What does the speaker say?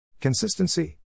Consistency